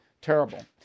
Terrible